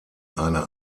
eine